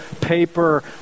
paper